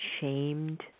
shamed